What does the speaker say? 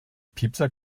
piepser